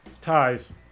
ties